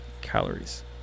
calories